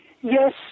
Yes